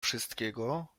wszystkiego